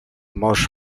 moss